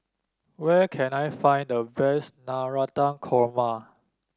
where can I find the best Navratan Korma